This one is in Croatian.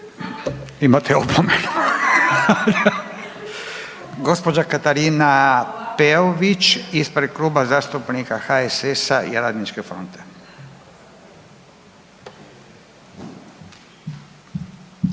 Imate opomenu. Gospođa Katarina Peović ispred Kluba zastupnika HSS-a i Radničke fronte.